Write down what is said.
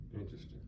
interesting